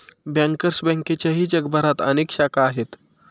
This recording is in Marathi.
बँकर्स बँकेच्याही जगभरात अनेक शाखा आहेत